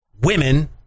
women